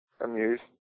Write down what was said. amused